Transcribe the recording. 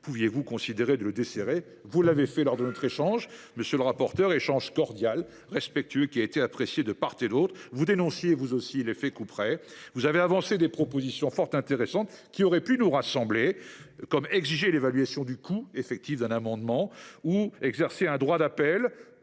pouviez vous considérer de le desserrer ! Vous l’avez fait lors de notre échange, lequel a été cordial, respectueux et apprécié de part et d’autre. Vous dénonciez, vous aussi, l’effet couperet. Vous avez avancé des propositions fort intéressantes, qui auraient pu nous rassembler, comme l’exigence de l’évaluation du coût effectif d’un amendement ou l’exercice d’un droit d’appel.